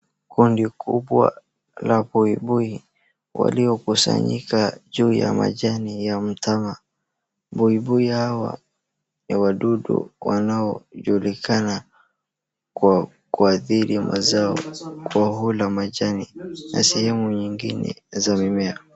Kundi kubwa la buibui waliokusanyika juu ya manjani ya mtama. Buibui hawa ni wadudu wanaojulikana kwa kuadhiri mazao kwa kula majani na sehemu nyingine za mimea.